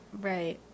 right